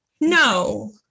No